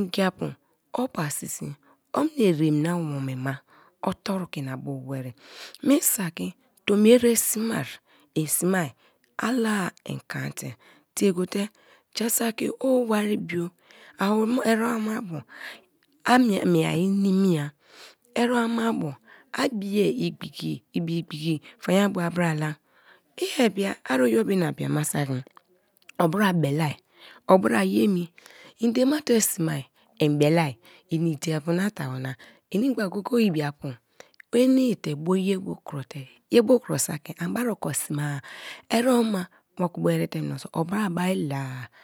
ngiapu opasisi omni eremnawome ma otarie kenabu wari, me saki tomi ere sme-ai en sme-ai ala-ai en kante tie gote; ja saki o wari bio awome eremaba a mie-mie ai niniia, a bie igbiki; ibi igbiki faan bo a bra la; i ebia a yiobe na bia ma saki obra belei, obra ye mien dein ma te smea, en belei ini diapu na tawo na inim gba go-go-e o ibi apu nwenii te bo ye bo krote, ye bo kro saki ani bari oko sme-a, erema moku bo erete menso obra bari la-a.